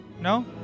No